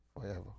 forever